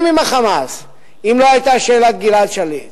עם ה"חמאס" אם לא היתה שאלת גלעד שליט.